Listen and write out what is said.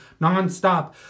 nonstop